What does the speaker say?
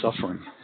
suffering